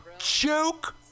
Joke